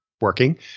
working